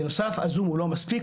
בנוסף, הזום הוא לא מספיק.